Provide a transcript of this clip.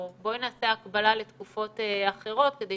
או בואי נעשה הקבלה לתקופות אחרות כדי